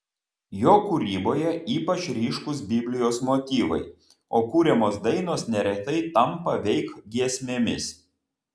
jo kūryboje ypač ryškūs biblijos motyvai o kuriamos dainos neretai tampa veik giesmėmis